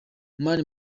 mani